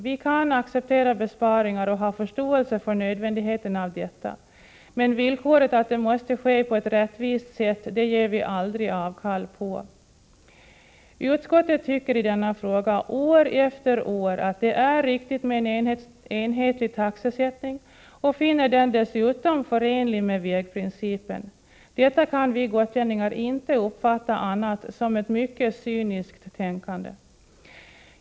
Vi kan Gotland acceptera besparingar och ha förståelse för nödvändigheten av detta, men villkoret att det måste ske på ett rättvist sätt ger vi aldrig avkall på. Utskottet tycker i denna fråga år efter år att det är riktigt med en enhetlig taxesättning och finner den dessutom förenlig med vägprincipen. Detta kan vi gotlänningarinte uppfatta annat än som ett mycket cyniskt tänkande.